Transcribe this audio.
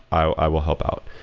i will help out.